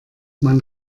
man